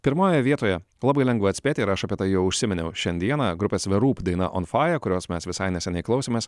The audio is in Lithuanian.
pirmojoje vietoje labai lengva atspėti ir aš apie tai jau užsiminiau šiandieną grupės the roop daina on fire kurios mes visai neseniai klausėmės